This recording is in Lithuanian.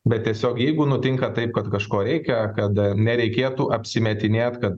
bet tiesiog jeigu nutinka taip kad kažko reikia kad nereikėtų apsimetinėt kad